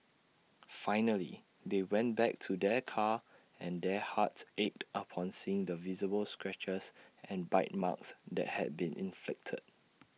finally they went back to their car and their hearts ached upon seeing the visible scratches and bite marks that had been inflicted